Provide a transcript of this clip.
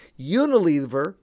Unilever